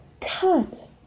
cut